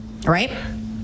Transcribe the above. right